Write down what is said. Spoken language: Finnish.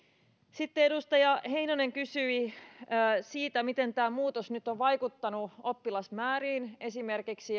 sitten edustaja heinonen kysyi siitä miten tämä muutos nyt on vaikuttanut oppilasmääriin esimerkiksi